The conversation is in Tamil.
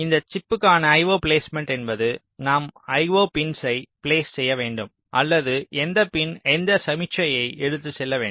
இந்த சிப்க்கான IO பிலேஸ்மேன்ட் என்பது நாம் IO பின்ஸ்ஸை பிலேஸ் செய்ய வேண்டும் அல்லது எந்த பின் எந்த சமிக்ஞையை எடுத்து செல்ல வேண்டும்